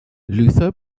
luther